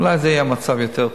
אולי המצב היה יותר טוב.